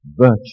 virtue